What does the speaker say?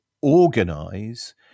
organize